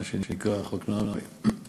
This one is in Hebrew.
מה שנקרא "חוק נהרי".